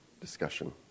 discussion